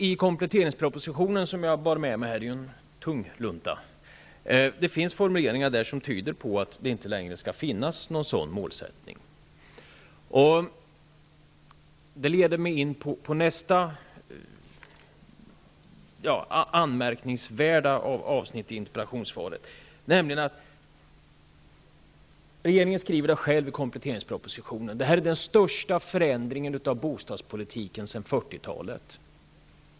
I finns det formuleringar som tyder på att det inte längre skall finnas en sådan målsättning, vilket leder mig in på nästa anmärkningsvärda avsnitt i interpellationssvaret. Regeringen skriver i kompletteringspropositionen att detta är den största förändringen av bostadspolitiken sedan 40-talet.